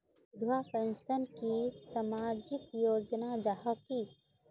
विधवा पेंशन की सामाजिक योजना जाहा की?